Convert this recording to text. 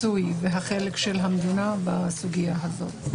עומדים נכון לרגע זה מבחינת עמדת הממשלה ביחס לסוגיות השונות,